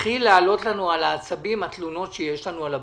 מתחיל לעלות לנו על העצבים התלונות שיש לנו על הבנקים.